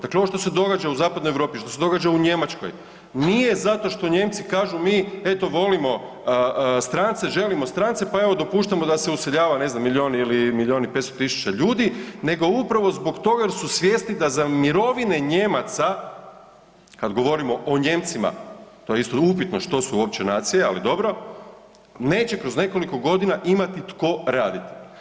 Dakle, ovo što se događa u zapadnoj Europi, što se događa u Njemačkoj, nije zato što Nijemci kažu mi eto volimo strance, želimo strance pa evo, dopuštamo da se useljava, ne znam, milijun ili milijun i 500 tisuća ljudi nego upravo zbog toga jer su svjesni da za mirovine Nijemaca, kad govorimo o Nijemcima, to je isto upitno što su uopće nacije, ali dobro, neće kroz nekoliko godina imati tko raditi.